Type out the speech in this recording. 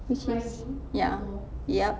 which ya yup